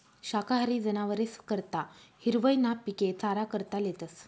शाकाहारी जनावरेस करता हिरवय ना पिके चारा करता लेतस